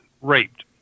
raped